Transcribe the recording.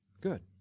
good